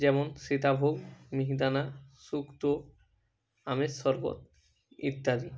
যেমন সীতাভোগ মিহিদানা শুক্ত আমের শরবত ইত্যাদি